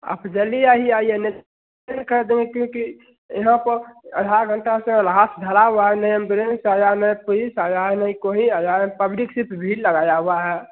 आप जल्दी आही आइए नहीं तो कर देंगे कि कि यहाँ पर आधा घंटा से लाश धरा हुआ है नहीं एम्बुलेंस आया नहीं पुलिस आया है नहीं कोई आया है पब्लिक सिर्फ भीड़ लगाया हुआ है